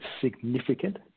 significant